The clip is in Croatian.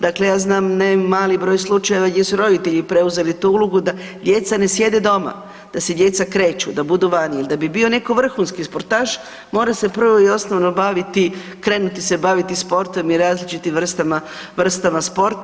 Dakle, ja znam ne mali broj slučajeva gdje su roditelji preuzeli tu ulogu da djeca ne sjede doma, da se djeca kreću, da budu vani ili da bi netko bio vrhunski sportaš mora se prvo i osnovno baviti krenuti se baviti sportom i različitim vrstama sporta.